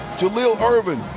jahleel irving,